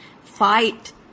fight